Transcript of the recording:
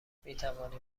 میتوانیم